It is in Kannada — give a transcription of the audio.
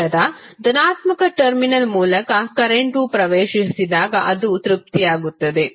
ಅಂಶದ ಧನಾತ್ಮಕ ಟರ್ಮಿನಲ್ ಮೂಲಕ ಕರೆಂಟ್ವು ಪ್ರವೇಶಿಸಿದಾಗ ಅದು ತೃಪ್ತಿಯಾಗುತ್ತದೆ